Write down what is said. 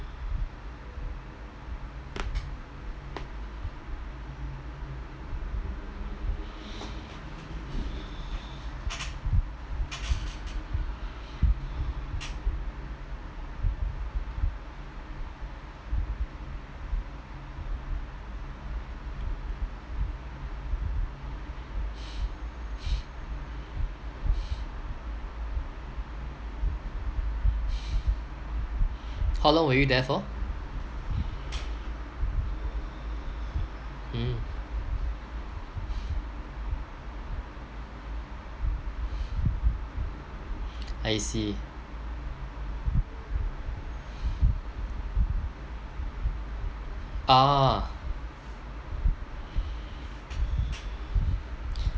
how long were you there for mm I see ah